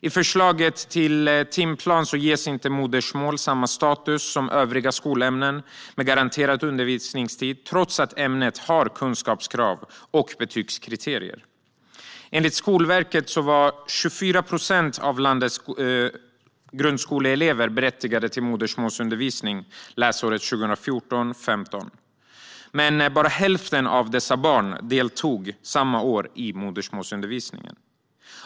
I förslaget till timplan ges modersmål inte samma status som övriga skolämnen med garanterad undervisningstid trots att ämnet har kunskapskrav och betygskriterier. Enligt Skolverket var 24 procent av landets grundskoleelever berättigade till modersmålsundervisning läsåret 2014/15. Men bara hälften av dessa barn deltog i modersmålsundervisning samma år.